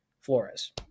Flores